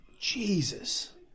Jesus